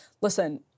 listen